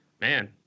man